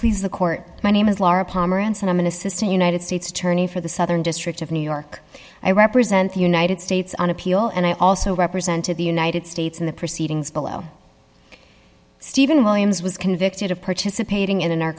please the court my name is laura pomeranz and i'm an assistant united states attorney for the southern district of new york i represent the united states on appeal and i also represented the united states in the proceedings below stephen williams was convicted of participating in